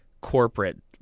corporate